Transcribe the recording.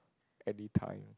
any time